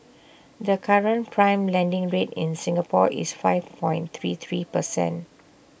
the current prime lending rate in Singapore is five three three percent